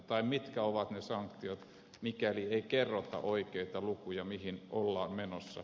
tai mitkä ovat ne sanktiot mikäli ei kerrota oikeita lukuja mihin ollaan menossa